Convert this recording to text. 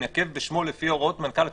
שיינקב בשמו לפי הוראות מנכ"ל הכנסת?